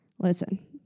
Listen